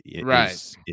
Right